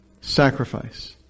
Sacrifice